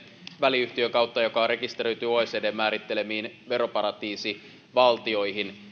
väliyhtiön kautta joka on rekisteröity oecdn määrittelemiin veroparatiisivaltioihin